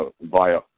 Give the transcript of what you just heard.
via